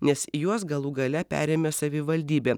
nes juos galų gale perėmė savivaldybė